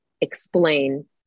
explain